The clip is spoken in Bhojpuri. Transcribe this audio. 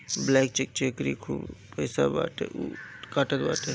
ब्लैंक चेक जेकरी लगे खूब पईसा बाटे उ कटात बाटे